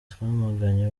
twamaganye